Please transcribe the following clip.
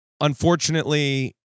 unfortunately